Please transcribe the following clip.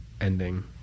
ending